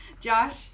Josh